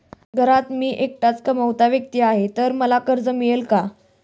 घरात मी एकटाच कमावता व्यक्ती आहे तर मला कर्ज मिळेल का?